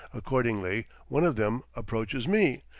accordingly, one of them approaches me,